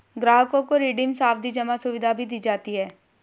ग्राहकों को रिडीम सावधी जमा सुविधा भी दी जाती है